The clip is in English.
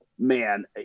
Man